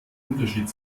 unterschied